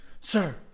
sir